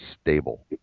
stable